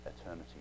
eternity